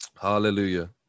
Hallelujah